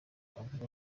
avuga